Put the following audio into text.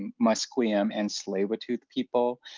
and musqueam, and tsleil-waututh people.